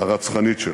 הרצחנית שלה.